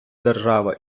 держави